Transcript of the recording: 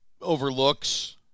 overlooks